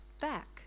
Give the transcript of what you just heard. back